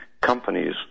companies